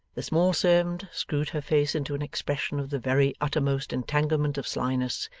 the small servant screwed her face into an expression of the very uttermost entanglement of slyness,